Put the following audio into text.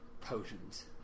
Potions